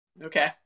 Okay